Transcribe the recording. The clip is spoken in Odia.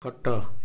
ଖଟ